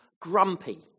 grumpy